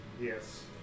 yes